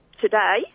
today